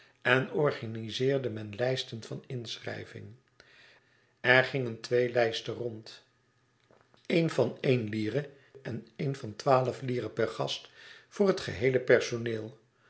en organizeerde men lijsten van inschrijving er gingen twee lijsten rond een van éen lire en een van twaalf lire per gast voor het geheele personeel